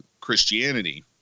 christianity